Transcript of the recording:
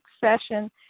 session